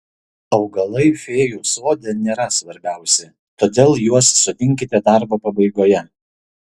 augalai fėjų sode nėra svarbiausi todėl juos sodinkite darbo pabaigoje